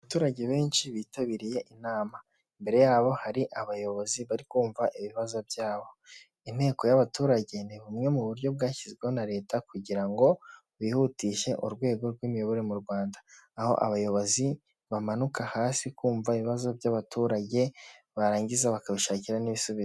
Abaturage benshi bitabiriye inama, imbere yabo hari abayobozi bari kumva ibibazo byabo, inteko y'abaturage ni bumwe mu buryo bwashyizweho na leta kugira ngo bihutishe urwego rw'imiyoborere mu Rwanda, aho abayobozi bamanuka hasi kumva ibibazo by'abaturage barangiza bakabishakira n'ibisubizo.